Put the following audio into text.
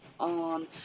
on